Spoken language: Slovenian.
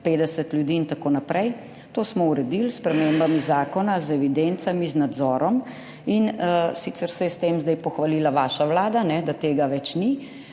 50 ljudi in tako naprej, to smo uredili s spremembami zakona, z evidencami, z nadzorom. Sicer se je s tem zdaj pohvalila vaša vlada, da tega ni